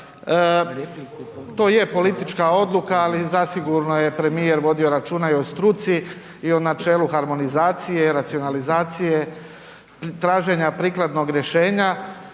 To je politička odluka, ali zasigurno je premijer vodio računa i o struci i o načelu harmonizacije, racionalizacije, traženja prikladnog rješenja,